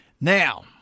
now